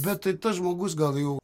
bet tai tas žmogus gal jau